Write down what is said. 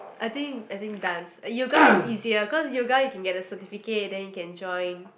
I think I think dance yoga is easier cause yoga you can get the certificate then you can join